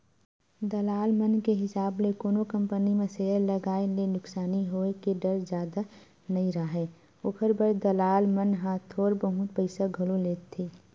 दलाल मन के हिसाब ले कोनो कंपनी म सेयर लगाए ले नुकसानी होय के डर जादा नइ राहय, ओखर बर दलाल मन ह थोर बहुत पइसा घलो लेथें